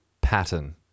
pattern